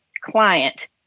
client